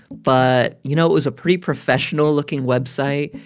but, you know, it was a pretty professional-looking website.